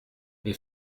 mes